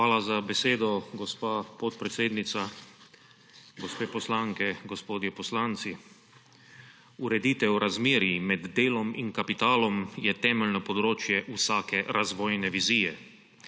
Hvala za besedo, gospa podpredsednica. Gospe poslanke, gospodje poslanci! Ureditev razmerij med delom in kapitalom je temeljno področje vsake razvojne vizije.